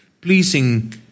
pleasing